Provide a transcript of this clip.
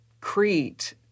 Crete